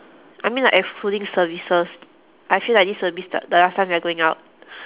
I mean like excluding services I feel like this will be st~ the last time we are going out